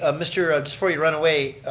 ah mister, ah before you run away,